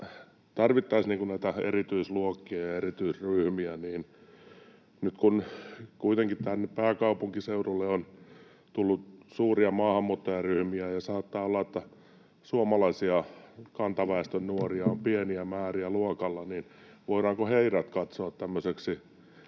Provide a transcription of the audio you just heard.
tarvittaisiin erityisluokkia ja erityisryhmiä. Nyt kun kuitenkin tänne pääkaupunkiseudulle on tullut suuria maahanmuuttajaryhmiä ja saattaa olla, että suomalaisia kantaväestön nuoria on pieniä määriä luokalla, niin voidaanko heidät katsoa tämmöisiksi